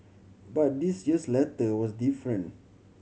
but this year's letter was different